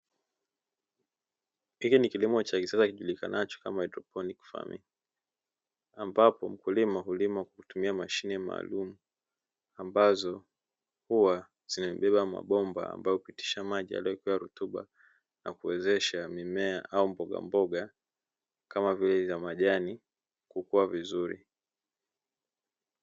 Pike ni kilimo cha kisasa kijulikanacho kama hydroponiki ambapo wakulima hulima kwa kutumia mashine maalumu, ambazo hua zimebeba mabomba ambayo hupitisha maji yaliyo pewa rutuba na kuwezesha mimea au mbogamboga kama vile za majani kuweza kukua vizuri .